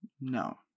No